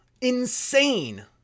insane